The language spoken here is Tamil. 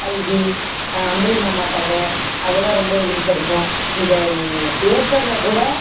கல்கி அம்புலிமாமா கதை அதெல்லாம் ரொம்ப விரும்பிப்படிப்போம் அந்த பேப்பரில் கூட